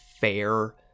fair